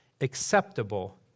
acceptable